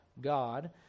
God